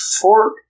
four